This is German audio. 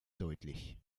deutlich